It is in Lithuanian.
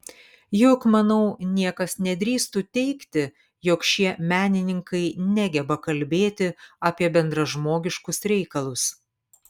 juk manau niekas nedrįstų teigti jog šie menininkai negeba kalbėti apie bendražmogiškus reikalus